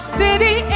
city